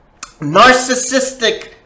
narcissistic